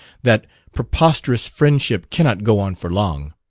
that preposterous friendship cannot go on for long.